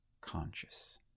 conscious